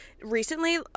recently